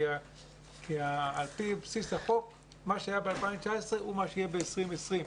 כי על פי בסיס החוק מה שהיה ב-2019 הוא מה שיהיה ב-2020,